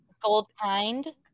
Goldkind